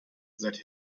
that